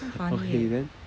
okay then